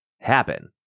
happen